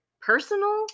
personal